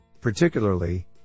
Particularly